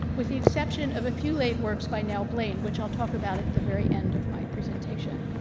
with the exception of a few late works by nell blaine which i'll talk about at the very end of my presentation.